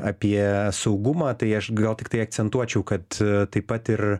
apie saugumą tai aš gal tiktai akcentuočiau kad taip pat ir